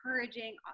encouraging